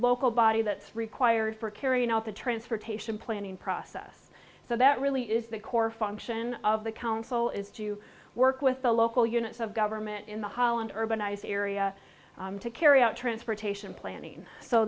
local body that's required for carrying out the transportation planning process so that really is the core function of the council is to work with the local units of government in the holland urbanized area to carry out transportation planning so